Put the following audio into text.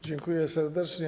Dziękuję serdecznie.